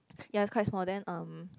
ya is quite small then um